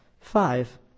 Five